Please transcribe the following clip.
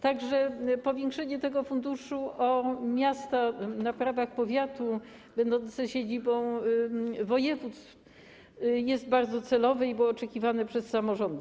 Także powiększenie tego funduszu o miasta na prawach powiatu będące siedzibą województw jest bardzo celowe i było oczekiwane przez samorządy.